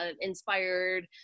inspired